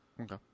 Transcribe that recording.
Okay